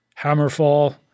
Hammerfall